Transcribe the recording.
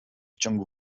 ciągu